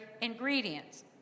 ingredients